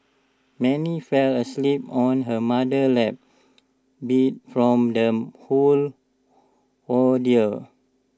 Mary fell asleep on her mother's lap beat from the whole ordeal